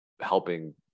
helping